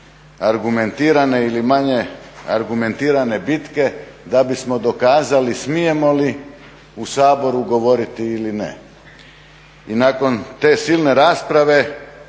argumentirane ili manje argumentirane bitke da bismo dokazali smijemo li u Saboru govoriti ili ne. I nakon te silne rasprave,